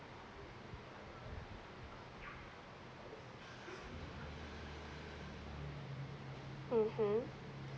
mmhmm